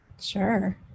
Sure